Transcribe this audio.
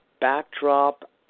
backdrop